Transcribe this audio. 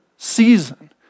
season